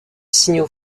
signaux